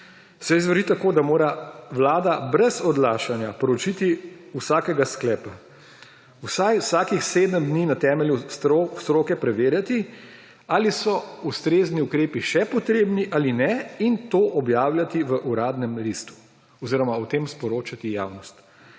se izvrši tako, da mora Vlada brez odlašanja po vročitvi tega sklepa, nato pa vsaj vsakih sedem dni na temelju mnenja stroke preverjati, ali so ustrezni ukrepi še potrebni ali ne, in to objavljati v Uradnem listu oziroma o tem sporočati javnosti.